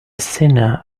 sinner